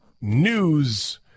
news